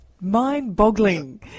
Mind-boggling